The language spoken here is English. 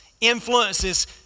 influences